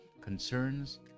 concerns